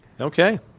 Okay